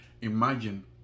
imagine